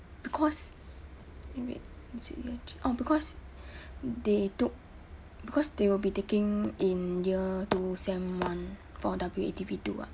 because eh wait is it year three oh because they took because they will be taking in year two sem one for W_A_D_P two [what]